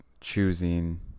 choosing